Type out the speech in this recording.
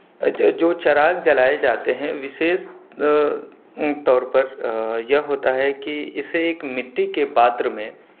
جو چراغ جلائے جاتے ہیں وشیس طور پر یہ ہوتا ہے کہ اسے ایک مٹی کے پاتر میں